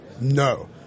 No